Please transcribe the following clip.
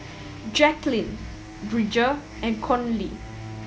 Jacqueline Bridger and Conley